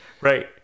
Right